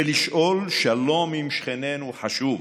ולשאול: שלום עם שכנינו חשוב,